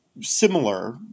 similar